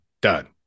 done